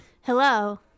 Hello